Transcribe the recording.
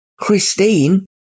Christine